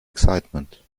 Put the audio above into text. excitement